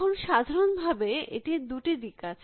এখন সাধারণ ভাবে এটির দুটি দিক আছে